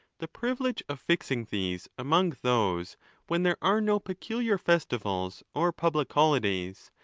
the privilege of fixing these among those when there are no peculiar festivals or public holidays,